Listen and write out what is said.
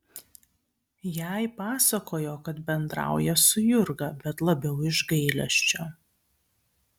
jai pasakojo kad bendrauja su jurga bet labiau iš gailesčio